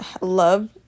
love